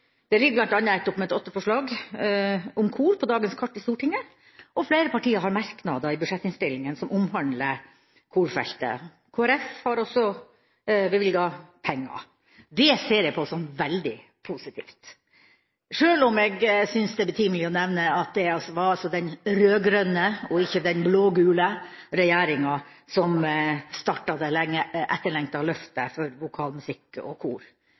Det ligger bl.a. et Dokument 8-forslag om kor på dagens kart i Stortinget, og flere partier har merknader i budsjettinnstillingen som omhandler korfeltet. Kristelig Folkeparti har også bevilget penger. Det ser jeg på som veldig positivt, sjøl om jeg synes det er betimelig å nevne at det altså var den rød-grønne – og ikke den blå-gule – regjeringa som startet det etterlengtede løftet for vokalmusikk og kor;